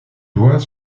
doigts